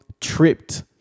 tripped